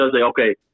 okay